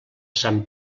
sant